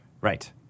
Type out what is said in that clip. right